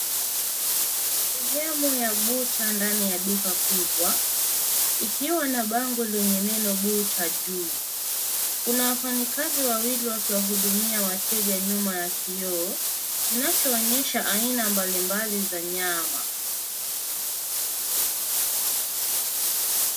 Sehemu ya bucha ndani ya duka kubwa ikiwa na bango lenye neno butcher juu. Kuna wafanyikazi wawili wakiwahudumia wateja nyuma ya kioo kinachoonyesha aina mbalimbali za nyama.